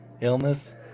illness